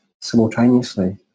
simultaneously